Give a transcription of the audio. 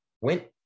went